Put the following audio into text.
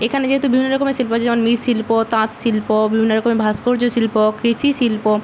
এখানে যেহেতু বিভিন্ন রকমের শিল্প আছে যেমন মৃৎশিল্প তাঁত শিল্প বিভিন্ন রকমের ভাস্কর্য শিল্প কৃষি শিল্প